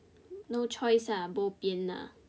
no choice ah bopian ah